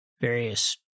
various